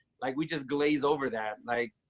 like, we just glaze over that, like,